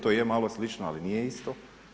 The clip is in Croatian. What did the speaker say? To je malo slično, ali nije isto.